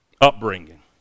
upbringing